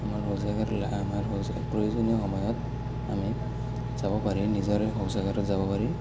আমাৰ শৌচাগাৰ ল আমাৰ শৌচা প্ৰয়োজনীয় সময়ত আমি যাব পাৰি নিজৰে শৌচাগাৰত যাব পাৰি